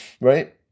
Right